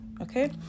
okay